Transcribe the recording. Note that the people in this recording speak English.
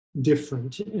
different